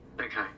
Okay